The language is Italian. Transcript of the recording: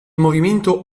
movimento